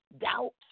doubt